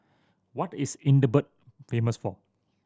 what is Edinburgh famous for